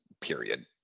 period